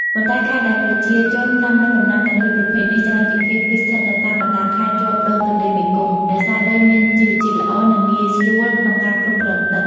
ប៉ុន្តែខេត្តដែលប្រជាជនដាំដុះដំណាំទាំងពីរប្រភេទនេះច្រើនជាងគេ គឺស្ថិតនៅតាមបណ្ដាខេត្តជាប់ដងទន្លេមេគង្គ ដោយសារដីមានជីវជាតិល្អ និងងាយស្រួលក្នុងការគ្រប់គ្រងទឹក។